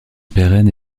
pérenne